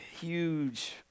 huge